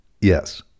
Yes